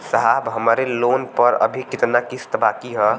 साहब हमरे लोन पर अभी कितना किस्त बाकी ह?